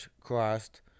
crossed